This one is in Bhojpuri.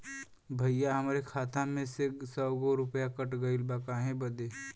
भईया हमरे खाता मे से सौ गो रूपया कट गइल बा काहे बदे?